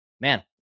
Man